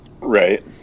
Right